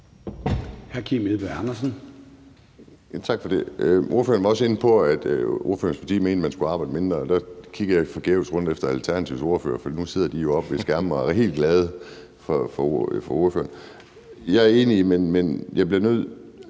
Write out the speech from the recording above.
16:08 Kim Edberg Andersen (NB): Tak for det. Ordføreren var også inde på, at ordførerens parti mente, at man skulle arbejde mindre, og der kiggede jeg forgæves rundt efter Alternativets ordfører, for nu sidder de jo oppe ved skærmene og er meget glade for ordføreren. Jeg er enig i det, men ude